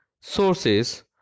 sources